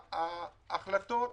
ההחלטות,